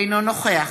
אינו נוכח